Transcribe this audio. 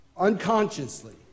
Unconsciously